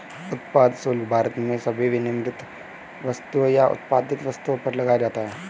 उत्पाद शुल्क भारत में सभी विनिर्मित वस्तुओं या उत्पादित वस्तुओं पर लगाया जाता है